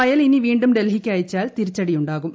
file ഇനി വീണ്ടും ഡൽഹിക്കയച്ചാൽ തിരിച്ചടിയുണ്ടാകും